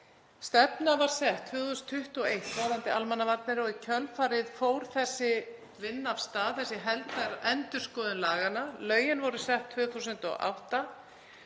Stefna var sett 2021 varðandi almannavarnir og í kjölfarið fór þessi vinna af stað, þessi heildarendurskoðun laganna. Lögin voru sett 2008.